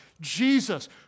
Jesus